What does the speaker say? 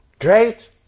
Great